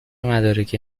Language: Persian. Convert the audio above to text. مدارکی